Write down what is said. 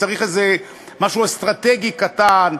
צריך איזה משהו אסטרטגי קטן,